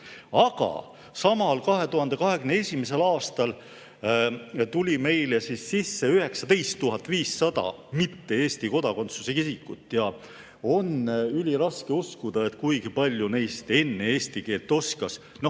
Aga samal 2021. aastal tuli meile sisse 19 500 mitte Eesti kodakondsusega isikut. Ja on üliraske uskuda, et kuigi palju neist enne eesti keelt oskas.